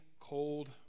cold